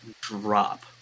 drop